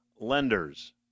lenders